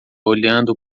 olhando